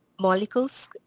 molecules